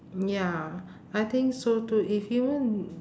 ya I think so too if human